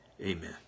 amen